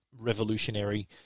revolutionary